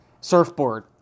Surfboard